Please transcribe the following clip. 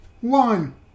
one